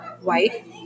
white